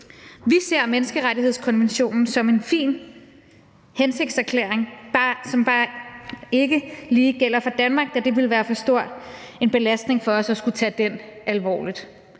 Vi ser menneskerettighedskonventionen som en fin hensigtserklæring, som bare ikke lige gælder for Danmark, da det ville være for stor en belastning for os at skulle tage den alvorligt.